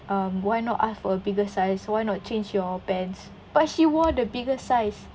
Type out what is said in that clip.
um why not ask for a bigger size why not change your pants but she wore the biggest size